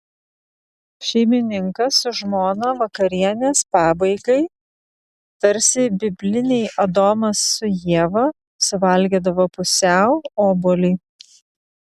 šeimininkas su žmona vakarienės pabaigai tarsi bibliniai adomas su ieva suvalgydavo pusiau obuolį